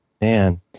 man